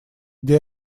где